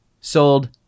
sold